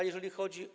A jeżeli chodzi.